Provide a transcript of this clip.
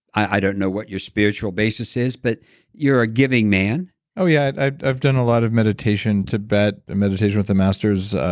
i don't know what your spiritual basis is, but you're a giving man oh, yeah, i've i've done a lot of meditation in tibet, meditation with the masters,